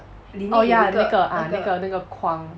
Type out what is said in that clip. oh ya 那个 ah 那个那个框